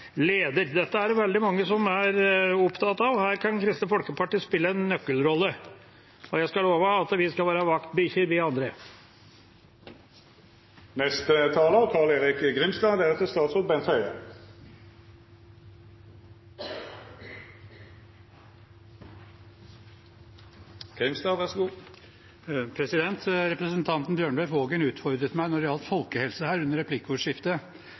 leder. Dette er det veldig mange som er opptatt av, og her kan Kristelig Folkeparti spille en nøkkelrolle. Og jeg skal love at vi andre skal være vaktbikkjer. Representanten Bjørnebekk-Waagen utfordret meg når det gjaldt folkehelse, under replikkordskiftet. Jeg sa jeg ikke kjente meg igjen i de kuttene hun henviste til. Det